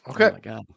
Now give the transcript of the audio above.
Okay